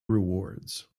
rewards